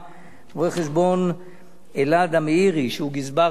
רואה-חשבון אלעד המאירי, שהוא גזבר הליכוד.